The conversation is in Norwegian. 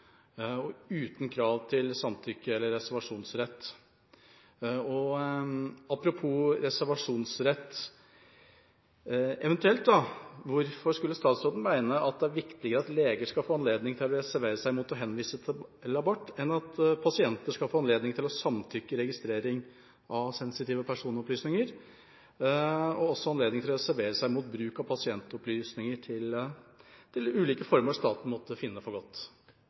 uten krav til samtykke eller reservasjonsrett. Apropos reservasjonsrett: Hvorfor skulle statsråden eventuelt mene at det er viktigere at leger skal få anledning til å reservere seg mot å henvise til abort, enn at pasienter skal få anledning til å samtykke til registrering av sensitive personopplysninger og reservere seg mot bruk av pasientopplysninger til ulike formål staten måtte finne for godt?